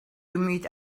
meet